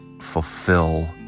fulfill